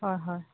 হয় হয়